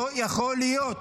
לא יכול להיות.